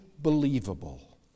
Believable